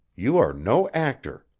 you are no actor.